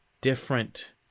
different